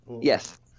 Yes